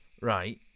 right